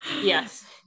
Yes